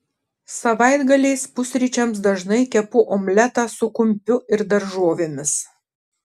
savaitgaliais pusryčiams dažnai kepu omletą su kumpiu ir daržovėmis